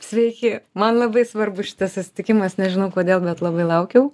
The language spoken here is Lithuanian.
sveiki man labai svarbus šitas susitikimas nežinau kodėl bet labai laukiau